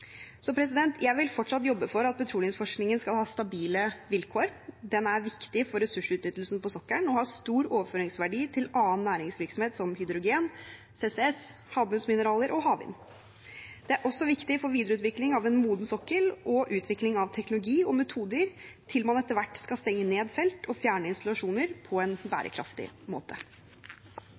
Jeg vil fortsatt jobbe for at petroleumsforskningen skal ha stabile vilkår. Den er viktig for ressursutnyttelsen på sokkelen og har stor overføringsverdi til annen næringsvirksomhet som hydrogen, CCS, havbunnsmineraler og havvind. Den er også viktig for videreutvikling av en moden sokkel og utvikling av teknologi og metoder, til man etter hvert skal stenge ned felt og fjerne installasjoner, på en bærekraftig måte.